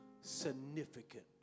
significant